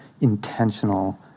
intentional